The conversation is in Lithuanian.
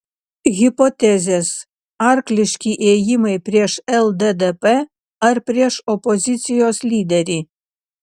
hipotezės arkliški ėjimai prieš lddp ar prieš opozicijos lyderį